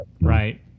Right